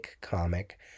comic